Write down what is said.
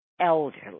elderly